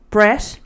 Brett